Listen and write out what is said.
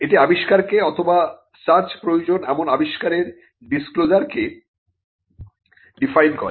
এটি আবিষ্কারকে অথবা সার্চ প্রয়োজন এমন আবিষ্কারের ডিসক্লোজারকে ডিফাইন করে